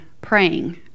praying